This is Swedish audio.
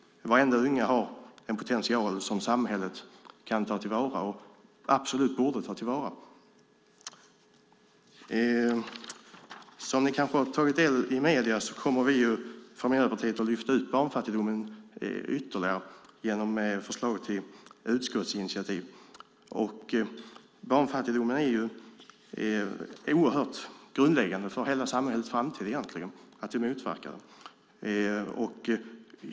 Varenda unge har en potential som samhället kan ta till vara och absolut borde ta till vara. Som ni kanske tagit del av i medier kommer vi från Miljöpartiet att lyfta upp barnfattigdomen ytterligare genom ett förslag till utskottsinitiativ. Att motverka barnfattigdomen är helt grundläggande för hela samhällets framtid egentligen.